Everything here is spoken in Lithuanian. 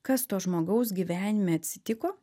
kas to žmogaus gyvenime atsitiko